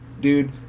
dude